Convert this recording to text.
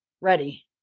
ready